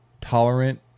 tolerant